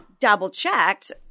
double-checked